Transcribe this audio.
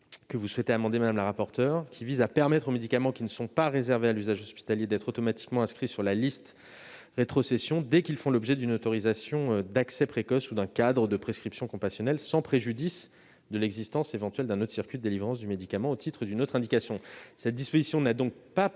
que vous souhaitez amender, lequel permet aux médicaments n'étant pas réservés à l'usage hospitalier d'être automatiquement inscrits sur la liste de rétrocession, dès lors qu'ils font l'objet d'une autorisation d'accès précoce ou d'un cadre de prescription compassionnelle, sans préjudice de l'existence éventuelle d'un autre circuit de délivrance du médicament, au titre d'une autre indication.